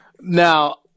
Now